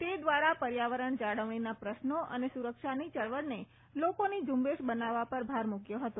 તે દ્વારા પર્યાવરણ જાળવણીના પ્રશ્નો અને સુરક્ષાની ચળવળને લોકોની ઝુંબેશ બનાવવા પર ભાર મૂક્યો હતો